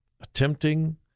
attempting